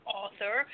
author